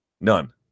None